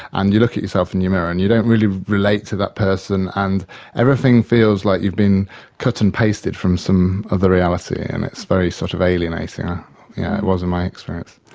and you look at yourself in your mirror and you don't really relate to that person and everything feels like you've been cut and pasted from some other reality, and it's very sort of alienating. it was in my experience.